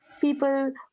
people